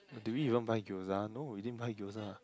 do we even buy gyoza no we didn't buy gyoza